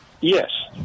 Yes